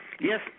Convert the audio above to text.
Yes